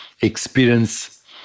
experience